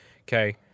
okay